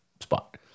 spot